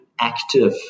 active